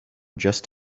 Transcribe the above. just